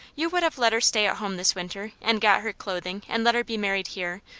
you would have let her stay at home this winter and got her clothing, and let her be married here,